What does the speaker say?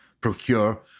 procure